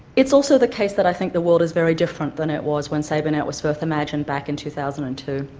also the case that i think the world is very different than it was when sabrenet was first imagined back in two thousand and two.